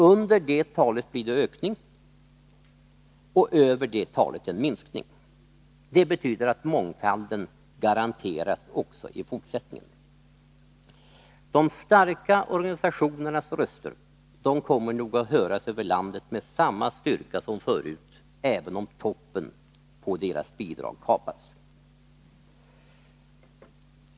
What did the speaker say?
Under det talet blir det ökning och över det talet minskning. Det betyder att mångfalden garanteras även i fortsättningen. De starka organisationernas röster kommer nog att höras över landet med samma styrka som förut, även om toppen på deras bidrag kapas.